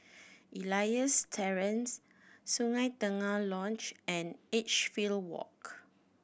Elias Terrace Sungei Tengah Lodge and Edgefield Walk